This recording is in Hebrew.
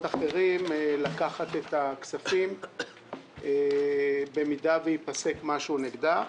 אחרים לקחת מהם את הכספים אם ייפסק סכום נגדה.